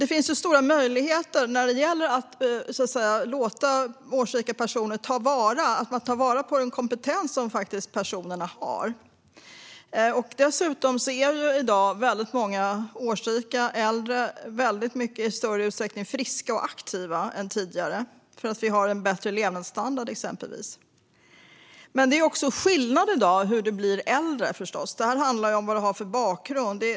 Det finns stora möjligheter när det gäller att ta vara på den kompetens som årsrika personer har. Dessutom är väldigt många årsrika, äldre, i större utsträckning friska och aktiva i dag än tidigare, exempelvis för att vi har en bättre levnadsstandard. Men det är också skillnad i dag när det gäller hur man blir äldre. Det handlar om vad man har för bakgrund.